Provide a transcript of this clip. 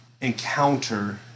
encounter